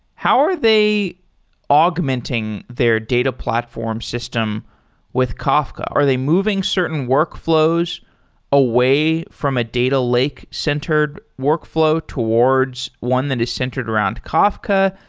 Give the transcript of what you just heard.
how are they augmenting their data platform system with kafka? are they moving certain workflows away from a data like lake-centered workflow towards one that is centered around kafka?